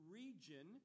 region